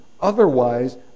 otherwise